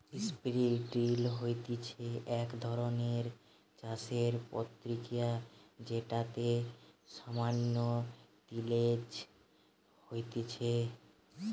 strip drill হতিছে এক ধরণের চাষের প্রক্রিয়া যেটাতে সামান্য তিলেজ হতিছে